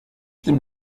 tym